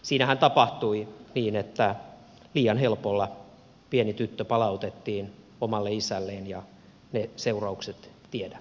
siinähän tapahtui niin että liian helpolla pieni tyttö palautettiin omalle isälleen ja ne seuraukset tiedämme